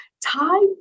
tied